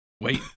wait